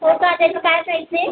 हो का त्याची काय प्राईस आहे